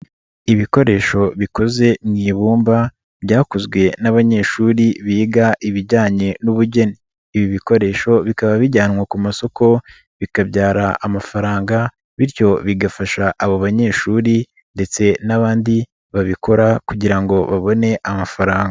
Ibikoresho bikoze mu ibumba byakozwe n'abanyeshuri biga ibijyanye n'ubugeni, ibi bikoresho bikaba bijyanwa ku masoko bikabyara amafaranga bityo bigafasha abo banyeshuri ndetse n'abandi babikora kugira ngo babone amafaranga.